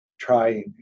trying